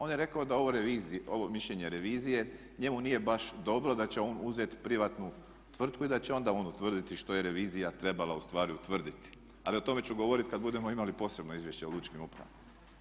On je rekao da ovo mišljenje revizije njemu nije baš dobro da će on uzeti privatnu tvrtku i da će onda on utvrditi što je revizija trebala ustvari utvrditi ali o tome ću govoriti kada budemo imali posebno izvješće o lučkim upravama.